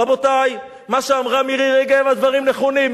רבותי, מה שאמרה מירי רגב, הדברים נכונים.